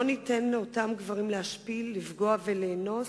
לא ניתן לאותם גברים להשפיל, לפגוע ולאנוס,